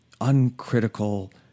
uncritical